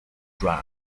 dry